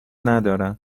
ندارم